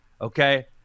okay